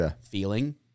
feeling